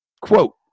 quote